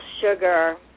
sugar